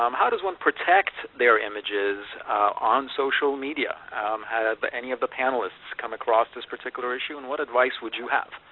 um how does one protect their images on social media? have ah but any of the panelists come across this particular issue, and what advice would you have?